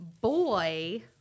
Boy